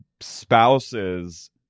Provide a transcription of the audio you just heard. Spouse's